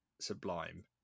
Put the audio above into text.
sublime